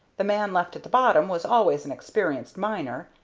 the man left at the bottom was always an experienced miner,